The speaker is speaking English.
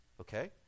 Okay